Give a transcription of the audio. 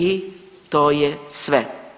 I to je sve.